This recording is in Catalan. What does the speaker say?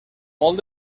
molt